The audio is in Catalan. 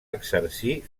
exercir